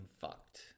fucked